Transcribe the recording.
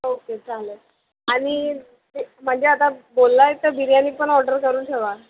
okay चालेल आणि ते म्हणजे आता बोललाय तर बिर्याणी पण ऑर्डर करून ठेवा